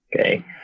Okay